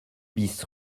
bis